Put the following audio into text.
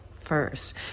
first